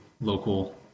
local